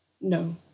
No